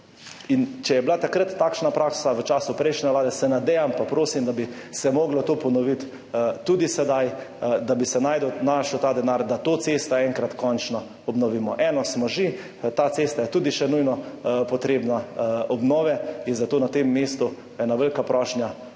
Če je bila takrat, v času prejšnje vlade takšna praksa, se nadejam pa prosim, da bi se moglo to ponoviti tudi sedaj, da bi se našel ta denar, da to cesto enkrat končno obnovimo. Eno smo že, ta cesta je tudi še nujno potrebna obnove. Zato na tem mestu ena velika prošnja,